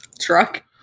truck